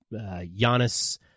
Giannis